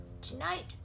Tonight